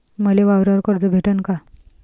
मले वावरावर कर्ज भेटन का?